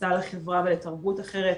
כניסה לחברה ולתרבות אחרת,